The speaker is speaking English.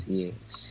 yes